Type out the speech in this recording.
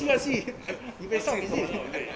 but 看见他很累